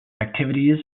activities